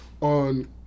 on